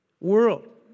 world